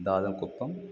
दादं कुप्पम्